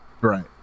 right